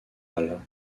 halle